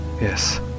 Yes